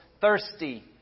thirsty